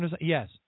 Yes